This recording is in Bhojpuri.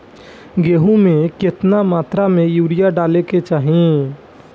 गेहूँ में केतना मात्रा में यूरिया डाले के चाही?